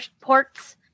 ports